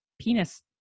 penis